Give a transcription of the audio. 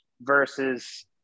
versus –